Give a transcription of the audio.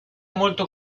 molto